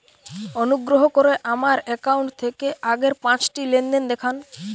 অনুগ্রহ করে আমার অ্যাকাউন্ট থেকে আগের পাঁচটি লেনদেন দেখান